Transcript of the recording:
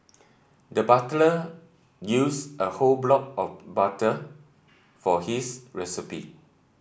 the used a whole block of butter for his recipe